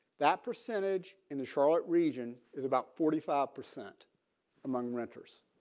that percentage in the charlotte region is about forty five percent among renters.